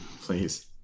Please